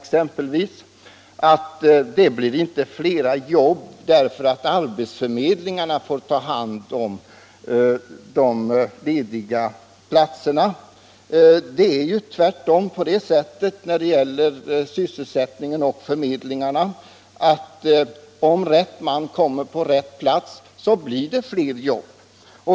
Man har sagt att det inte blir flera jobb därför att arbetsförmedlingarna får ta hand om de lediga platserna. Men det förhåller sig ju faktiskt så att om rätt man kommer på rätt plats, så blir det flera jobb.